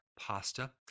pasta